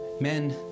men